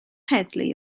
heddlu